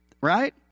Right